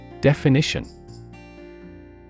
Definition